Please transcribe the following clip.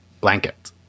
blanket